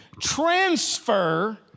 transfer